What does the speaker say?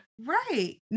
Right